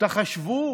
תחשבו